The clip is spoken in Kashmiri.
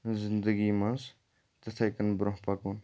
زندگی منٛز تِتھَے کٔنۍ برونٛہہ پَکُن